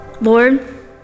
Lord